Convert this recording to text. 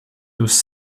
was